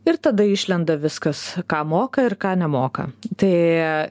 ir tada išlenda viskas ką moka ir ką nemoka tai